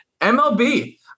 MLB